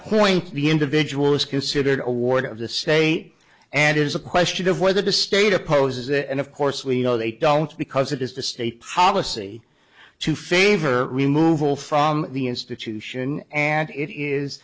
point the individual is considered a ward of the state and is a question of whether the state opposes it and of course we know they don't because it is the state powerless e to favor removal from the institution and it is